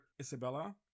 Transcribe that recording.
isabella